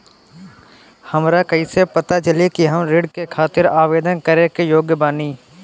हमरा कइसे पता चली कि हम ऋण के खातिर आवेदन करे के योग्य बानी?